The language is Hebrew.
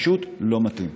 פשוט לא מתאים.